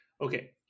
okay